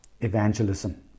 evangelism